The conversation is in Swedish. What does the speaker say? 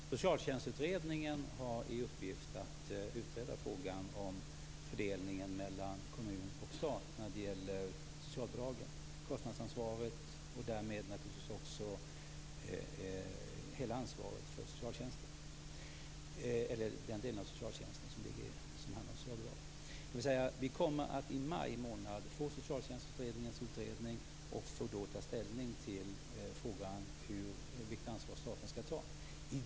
Fru talman! Socialtjänstutredningen har i uppgift att utreda frågan om fördelningen mellan kommun och stat när det gäller socialbidragen och kostnadsansvaret, och därmed naturligtvis också hela ansvaret för den delen av socialtjänsten som handlar om socialbidrag. Vi kommer att i maj månad få socialtjänstutredningens rapport, och vi får då ta ställning till frågan om vilket ansvar staten skall ta.